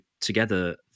together